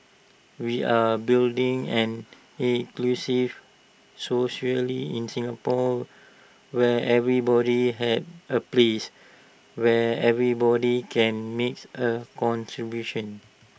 we are building an inclusive socially in Singapore where everybody has A place where everybody can makes A contribution